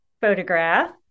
photograph